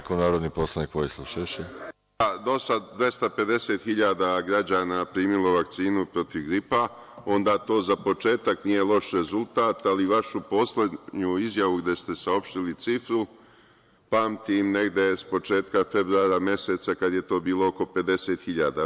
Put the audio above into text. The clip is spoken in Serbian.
Ako je zaista do sada 250.000 građana primilo vakcinu protiv gripa, onda to za početak nije loš rezultat, ali vašu poslednju izjavu gde ste saopštili cifru pamtim, negde s početka februara meseca, kada je to bilo oko 50.000.